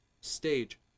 Stage